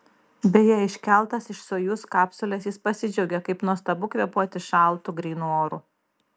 beje iškeltas iš sojuz kapsulės jis pasidžiaugė kaip nuostabu kvėpuoti šaltu grynu oru